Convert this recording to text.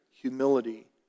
humility